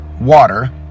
water